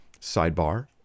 sidebar